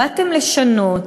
באתם לשנות,